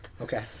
Okay